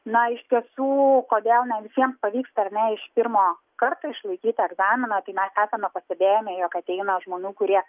na iš tiesų kodėl ne visiems pavyksta ar ne iš pirmo karto išlaikyti egzaminą tai mes esame pastebėjome jog ateina žmonių kurie